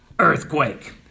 earthquake